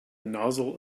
nozzle